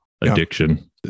addiction